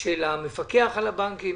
של המפקח על הבנקים.